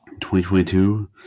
2022